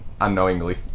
unknowingly